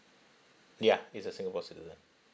yeah he's a singapore citizen